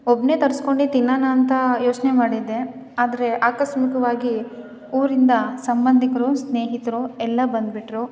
ಒಬ್ಳೆ ತರ್ಸ್ಕೊಂಡು ತಿನ್ನೋಣ ಅಂತ ಯೋಚನೆ ಮಾಡಿದ್ದೆ ಆದರೆ ಆಕಸ್ಮಿಕವಾಗಿ ಊರಿಂದ ಸಂಬಂಧಿಕರು ಸ್ನೇಹಿತರು ಎಲ್ಲ ಬಂದುಬಿಟ್ರು